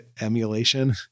emulation